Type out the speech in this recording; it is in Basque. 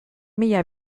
mila